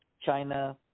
China